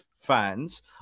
fans